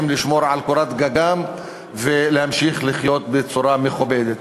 לשמור על קורת הגג ולהמשיך לחיות בצורה מכובדת.